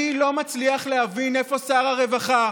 אני לא מצליח להבין איפה שר הרווחה,